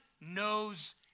knows